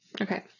Okay